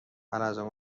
حلزون